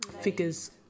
figures